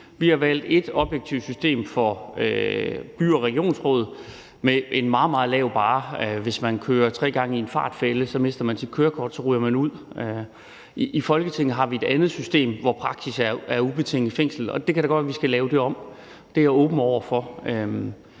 Vi har ét system for by- og regionsråd med en meget, meget lav barre. Hvis man kører tre gange i en fartfælde, mister man sit kørekort, og så ryger man ud. I Folketinget har vi et andet system, hvor praksis er i forhold til ubetinget fængsel. Og det kan da godt være, at vi skal lave det om – det er jeg åben over for.